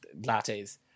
lattes